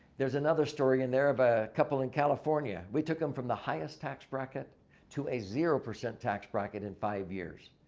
there's another story in there of a couple in california. we took them from the highest tax bracket to a zero-percent tax bracket in five years.